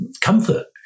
comfort